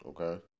Okay